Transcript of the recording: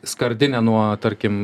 skardinę nuo tarkim